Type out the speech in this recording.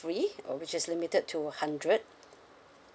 free which is limited to a hundred